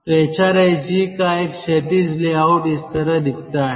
तो एचआरएसजी का एक क्षैतिज ले आउट इस तरह दिखता है